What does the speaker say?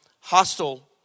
hostile